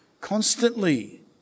constantly